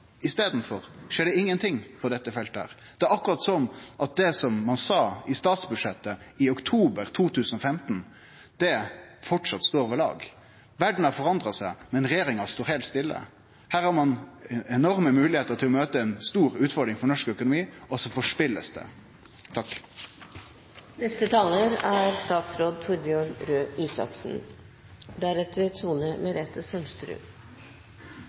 I staden skjer det ingenting på dette feltet. Det er akkurat som at det ein sa i statsbudsjettet i oktober 2014, framleis står ved lag. Verda har forandra seg, men regjeringa står heilt stille. Her har ein enorme moglegheiter til å møte ei stor utfordring for norsk økonomi, og så blir det forspilt. Det er